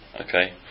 okay